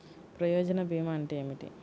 ప్రయోజన భీమా అంటే ఏమిటి?